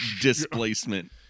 displacement